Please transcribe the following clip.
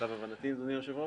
למיטב הבנתי, אדוני היושב ראש.